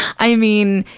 i mean,